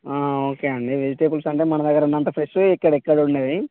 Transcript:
okay అండి vegetables అంటే మన దగ్గర ఉన్నంత ఫ్రెష్ ఇక్కడ ఎక్కడ ఉండవు